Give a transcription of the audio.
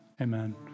amen